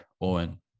Owen